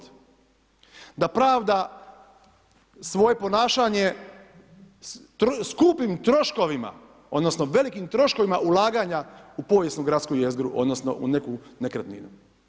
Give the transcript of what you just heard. Da pravda svoje ponašanje skupim troškovima odnosno velikim troškovima ulaganja u povijesnu gradsku jezgru odnosno u neku nekretninu.